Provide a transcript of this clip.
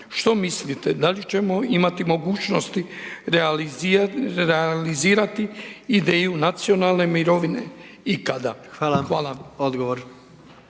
Što mislite da li ćemo imati mogućnosti realizirati ideju nacionalne mirovine i kada? **Jandroković,